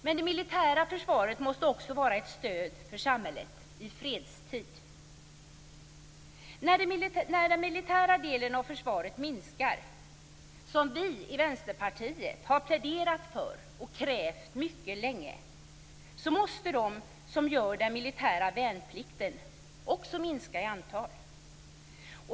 Men det militära försvaret måste också vara ett stöd för samhället i fredstid. När den militära delen av försvaret minskar, som vi i Vänsterpartiet har pläderat för och krävt mycket länge, måste de som gör den militära värnplikten också minska i antal.